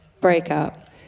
breakup